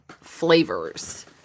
flavors